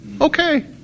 okay